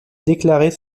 déclarer